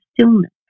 stillness